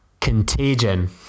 contagion